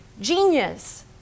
Genius